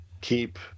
keep